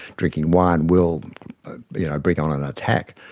drinking wine will yeah bring on an attack.